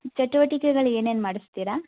ಚಟುವಟಿಕೆಗಳು ಏನೇನು ಮಾಡಿಸ್ತೀರ